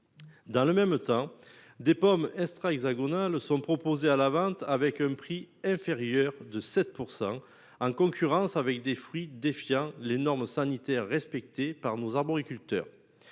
Dans le même temps des pommes extra-hexagonales sont proposés à la vente avec un prix inférieur de 7%, en concurrence avec des fruits défiant les normes sanitaires respectés par nos arboriculteurs